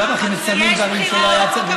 בלאו הכי מצלמים דברים שלא היה צריך ולא,